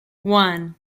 one